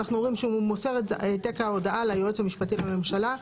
אנחנו אומרים מוסר את העתק ההודעה ליועץ המשפטי לממשלה.